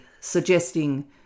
suggesting